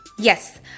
Yes